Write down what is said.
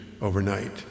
overnight